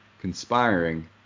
conspiring